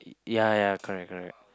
ya ya correct correct